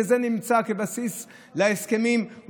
שזה נמצא כבסיס להסכמים?